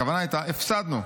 הכוונה הייתה: הפסדנו.